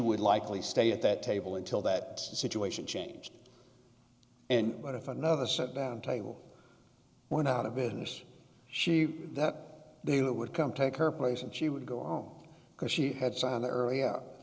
would likely stay at that table until that situation changed and what if another set down table went out of business she that they would come take her place and she would go on because she had signed the early out